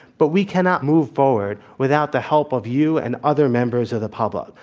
but we cannot move forward without the help of you and other members of the public.